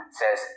says